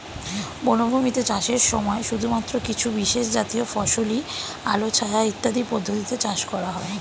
বনভূমিতে চাষের সময় শুধুমাত্র কিছু বিশেষজাতীয় ফসলই আলো ছায়া ইত্যাদি পদ্ধতিতে চাষ করা হয়